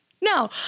No